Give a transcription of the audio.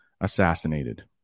assassinated